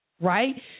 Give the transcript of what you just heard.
right